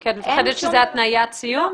את מפחדת שזה התניית סיום?